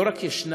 לא רק יש,